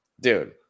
Dude